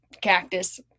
cactus